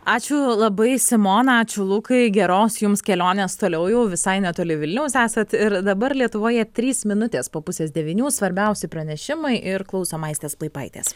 ačiū labai simona ačiū lukai geros jums kelionės toliau jau visai netoli vilniaus esat ir dabar lietuvoje trys minutės po pusės devynių svarbiausi pranešimai ir klausom aistės plaipaitės